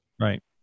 Right